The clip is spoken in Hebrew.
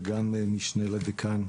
וגם משנה לדיקאן.